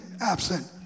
absent